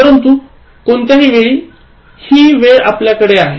परंतु कोणत्याही वेळी ही वेळ आपल्याकडे आहे